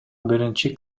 биринчи